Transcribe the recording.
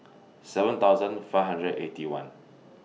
seven thousand five hundred and Eighty One